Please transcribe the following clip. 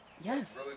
Yes